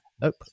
Nope